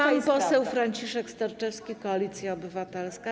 Pan poseł Franciszek Sterczewski, Koalicja Obywatelska.